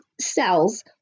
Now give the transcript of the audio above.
cells